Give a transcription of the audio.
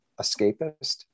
escapist